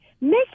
Make